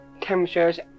temperatures